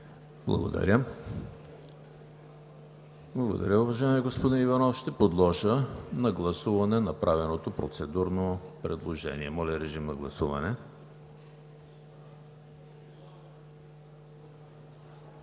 ХРИСТОВ: Благодаря, уважаеми господин Иванов. Ще подложа на гласуване направеното процедурно предложение. Моля, режим на гласуване.